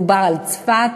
מדובר על צפת.